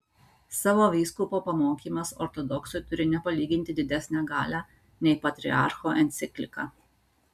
savo vyskupo pamokymas ortodoksui turi nepalyginti didesnę galią nei patriarcho enciklika